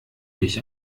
dich